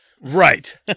right